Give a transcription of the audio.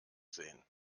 sehen